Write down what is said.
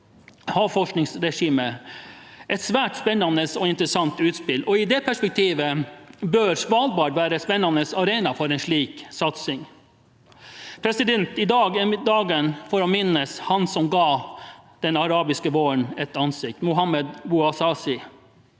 havforskningsregime». Det er et svært spennende og interessant utspill, og i det perspektivet bør Svalbard være en spennende arena for en slik satsing. I dag er dagen for å minnes han som ga den arabiske våren et ansikt – Mohamed Bouazizi,